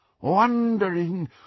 wondering